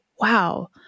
wow